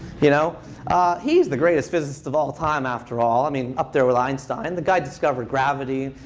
you know he's the greatest physicist of all time, after all, i mean, up there with einstein. the guy discovered gravity,